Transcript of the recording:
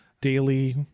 daily